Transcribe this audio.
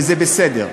וזה בסדר.